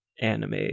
anime